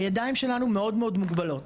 הידיים שלנו מאוד מוגבלות.